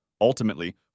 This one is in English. ultimately